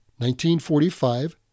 1945